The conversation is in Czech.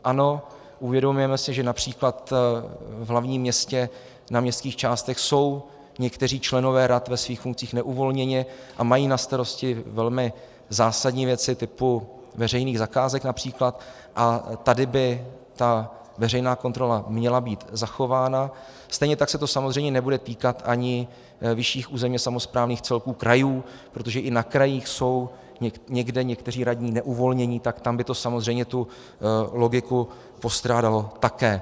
Ano, uvědomujeme si, že například v hlavním městě na městských částech jsou někteří členové rad ve svých funkcích neuvolněně a mají na starosti velmi zásadní věci typu veřejných zakázek například, a tady by veřejná kontrola měla být zachována, stejně tak se to samozřejmě nebude týkat ani vyšších územně samosprávných celků, krajů, protože i na krajích jsou někde někteří radní neuvolnění, tak tam by to samozřejmě tu logiku postrádalo také.